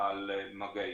על מגעים.